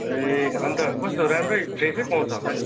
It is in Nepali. ए अन्त कस्तो राम्रै फ्रेसै पाउँछ होला नि